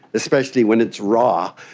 especially when it's raw.